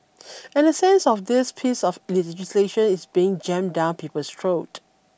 and a sense of this piece of legislation is being jammed down people's throat